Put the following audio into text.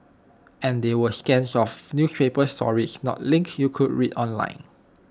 and they were scans of newspaper stories not links you could read online